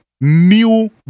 new